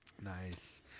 Nice